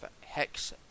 Hex